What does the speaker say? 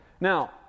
Now